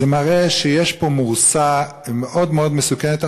מראה שיש פה מורסה מאוד מאוד מסוכנת.